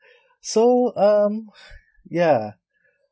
so um ya